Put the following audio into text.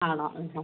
ആണോ